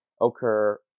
occur